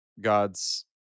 God's